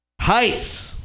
Heights